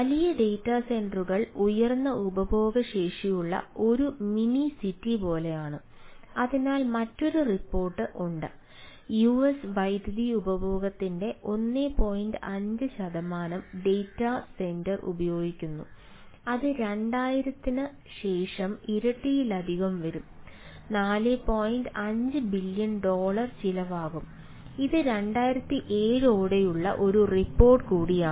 വലിയ ഡാറ്റാ സെന്ററുകൾ കൂടിയാണ്